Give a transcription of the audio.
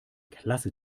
klasse